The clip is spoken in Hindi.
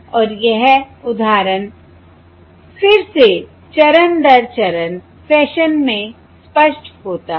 और यह उदाहरण फिर से चरण दर चरण फैशन में स्पष्ट होता है